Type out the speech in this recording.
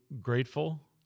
grateful